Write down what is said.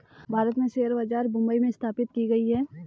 भारत में शेयर बाजार मुम्बई में स्थापित की गयी है